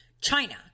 china